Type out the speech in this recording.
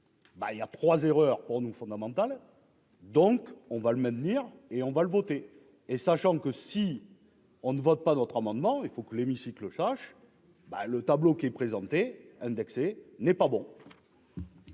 il y a 3 erreurs pour nous fondamental, donc on va le maintenir et on va le voter et sachant que si on ne voit pas d'autres amendement, il faut que l'hémicycle Szasz bat le tableau qui est présenté n'est pas bon.